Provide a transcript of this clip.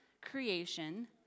creation